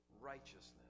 righteousness